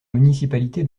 municipalité